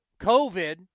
COVID